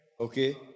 okay